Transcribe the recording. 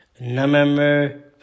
November